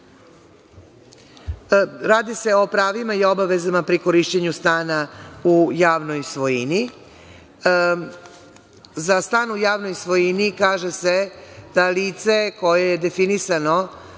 Radi se o pravima i obavezama pri korišćenju stana u javnoj svojini. Za stan u javnoj svojini kaže se da lice koje je definisano